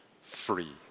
free